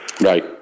Right